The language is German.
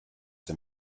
dem